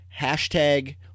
hashtag